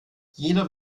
jeder